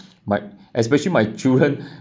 might especially my children